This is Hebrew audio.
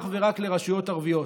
אך ורק לרשויות ערביות.